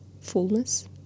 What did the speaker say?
fullness